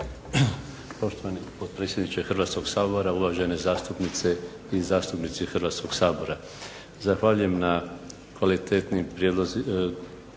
Poštovani potpredsjedniče Hrvatskog sabora, uvažene zastupnice i zastupnici Hrvatskog sabora. Zahvaljujem na kvalitetnim diskusijama